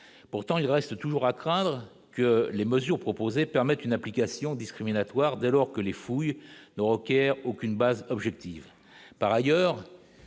pourtant il reste toujours à craindre que les mesures proposées permettent une application discriminatoire dès lors que les fouilles rocker aucune base objective,